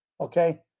Okay